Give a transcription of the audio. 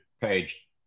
page